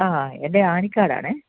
അഹ് ഇത് ആനിക്കാടാണെ